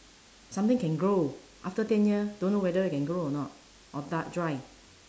something can grow after ten year don't know whether it can grow or not or da~ dry